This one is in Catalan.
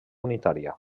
unitària